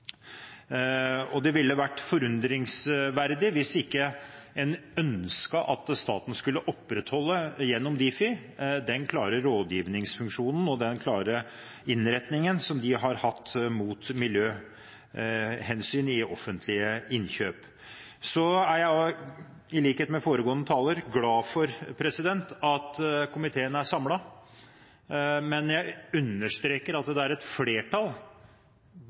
Det ville vært forundringsverdig dersom en ikke ønsket at staten skulle opprettholde, gjennom Difi, den klare rådgivningsfunksjonen og den klare innretningen som de har hatt mot miljøhensyn i offentlige innkjøp. Så er jeg i likhet med foregående taler glad for at komiteen er samlet, men jeg understreker at det er et flertall